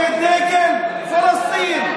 זה דגן פלסטין.